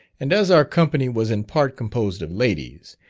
and as our company was in part composed of ladies,